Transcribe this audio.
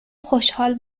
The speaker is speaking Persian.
خوشحال